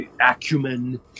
acumen